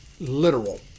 literal